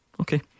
Okay